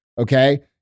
okay